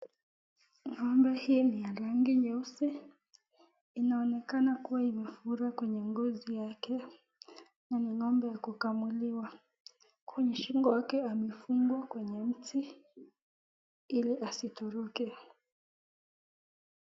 Ng'ombe hii ni ya rangi nyeusi. Inaonekana kuwa imefura kwenye ngozi yake na ni ng'ombe ya kukamuliwa. Kwenye shingo yake amefungwa kwenye mti ili asitoroke.